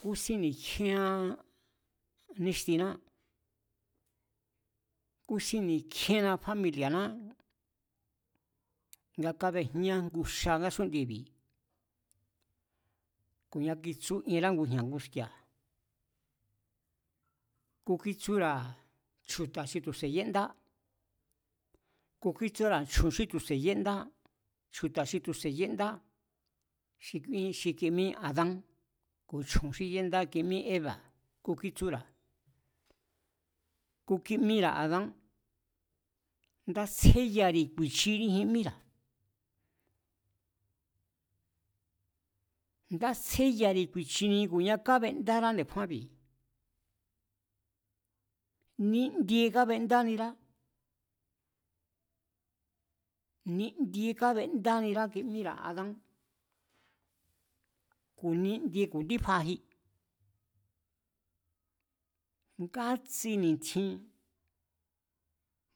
kúsín ni̱kjíéan níxtiná, kúsín ni̱kjíéan fámili̱a̱ná, nga kábejñá ngu xa ngásún'ndiebi̱, ku̱nia kitsú ienrá ngujña̱ nguski̱a̱, ku kítsúra̱ chju̱ta̱ xi tu̱ se̱ yéndá, ku kítsúra̱ chju̱n xí tu̱se̱ yéndá, chju̱ta̱ xi tu̱ se̱ yéndá xi kimí adán ku̱ chjun xí yéndá kimí éva̱ ku kítsúra̱, ku kímíra̱ adán. Nda tsjeyari̱ ku̱i̱chiji míra̱, ndatsjéyari̱ ku̱i̱chiniji ku̱nia kábendára̱ nde̱kjúánbi̱, nin'ndie kábendánirá, nin'ndie kábendánirá kimíra̱ adán ku̱ nin'ndie ku̱ndífaji, ngátsoi nítjin